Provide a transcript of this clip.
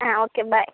okay bye